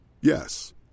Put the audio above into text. Yes